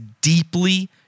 deeply